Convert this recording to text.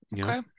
Okay